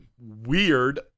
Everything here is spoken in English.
weird